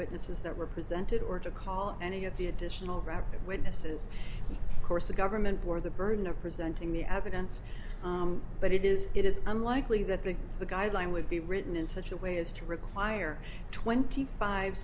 witnesses that were presented or to call any of the additional rapid witnesses course the government or the burden of presenting the evidence but it is it is unlikely that the guideline would be written in such a way as to require twenty five